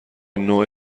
نوع